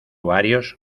varios